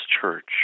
church